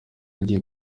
agiye